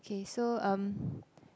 okay so um